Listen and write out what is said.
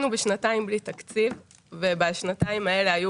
במשך שנתיים היינו בלי תקציב ובשנתיים האלה היו